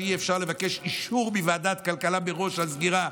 שאי-אפשר לבקש אישור מוועדת כלכלה מראש על סגירה,